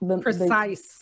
precise